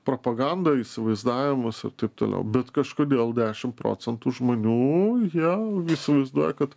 propagandą įsivaizdavimus ir taip toliau bet kažkodėl dešim procentų žmonių jie įsivaizduoja kad